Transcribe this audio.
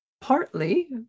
partly